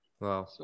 Wow